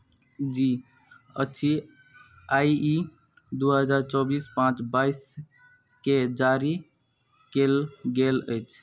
जी अछि आ ई दू हजार चौबीस पाँच बाइसकेँ जारी कयल गेल अछि